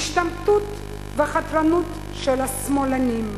ההשתמטות והחתרנות של השמאלנים,